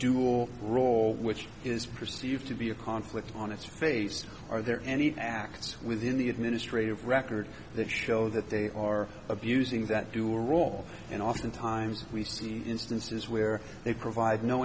dual role which is perceived to be a conflict on its face are there any acts within the administrative record that show that they are abusing that do role and often times we see instances where they provide no